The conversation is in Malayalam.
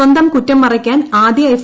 സ്വന്തം കുറ്റം മറയ്ക്കാൻ ആദ്യ എഫ്